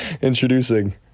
Introducing